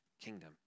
kingdom